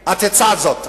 את הצעת זאת,